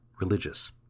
religious